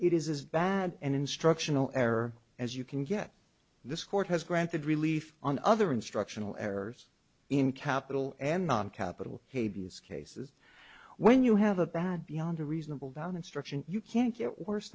it is bad and instructional error as you can get this court has granted relief on other instructional errors in capital and non capital hades cases when you have about beyond a reasonable doubt instruction you can't get worse